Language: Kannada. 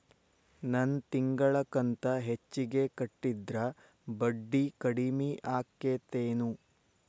ನನ್ ತಿಂಗಳ ಕಂತ ಹೆಚ್ಚಿಗೆ ಕಟ್ಟಿದ್ರ ಬಡ್ಡಿ ಕಡಿಮಿ ಆಕ್ಕೆತೇನು?